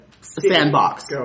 sandbox